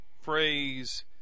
phrase